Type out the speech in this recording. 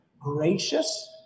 gracious